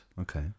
Okay